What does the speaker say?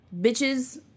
bitches